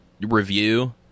Review